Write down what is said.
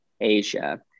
Asia